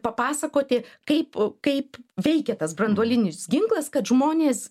papasakoti kaip kaip veikia tas branduolinis ginklas kad žmonės